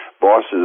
bosses